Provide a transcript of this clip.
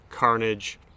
Carnage